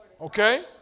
Okay